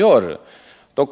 Eljest